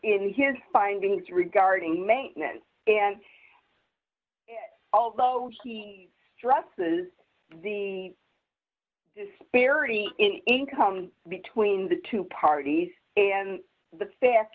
in his findings regarding maintenance and although he stresses the disparity in income between the two parties and the fact